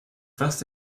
fast